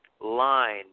line